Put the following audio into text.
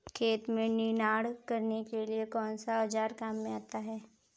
खेत में निनाण करने के लिए कौनसा औज़ार काम में आता है?